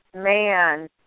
Man